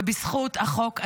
ובזכות החוק הזה,